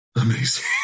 Amazing